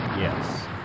Yes